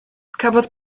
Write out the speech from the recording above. cafodd